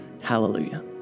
Hallelujah